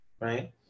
Right